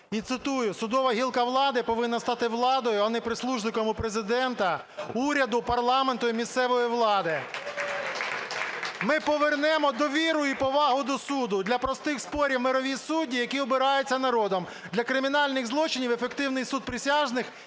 І цитую: "Судова гілка влади повинна стати владою, а не прислужником у Президента, уряду, парламенту і місцевої влади. Ми повернемо довіру і повагу до суду. Для простих спорів – мирові судді, які обираються народом, для кримінальних злочинів – ефективний суд присяжних,